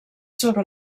sobre